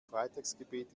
freitagsgebet